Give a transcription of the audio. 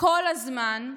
כל הזמן,